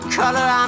color